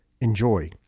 Enjoy